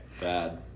Bad